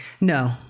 No